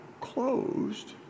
closed